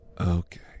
Okay